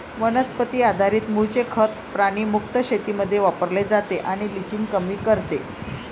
वनस्पती आधारित मूळचे खत प्राणी मुक्त शेतीमध्ये वापरले जाते आणि लिचिंग कमी करते